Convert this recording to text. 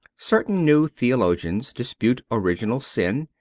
certain new theologians dispute original sin,